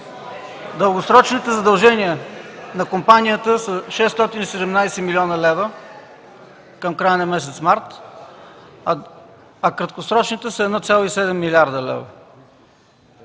Дългосрочните задължения на компанията са 617 млн. лв. към края на месец март, а краткосрочните са 1,7 млрд. лв.